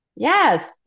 Yes